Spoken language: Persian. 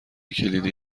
کلیدی